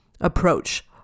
approach